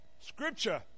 Scripture